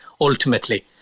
ultimately